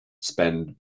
spend